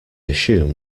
assume